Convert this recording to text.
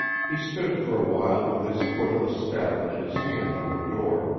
he stood for a while with his foot on the step and his hand on the door,